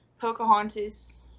Pocahontas